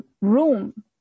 room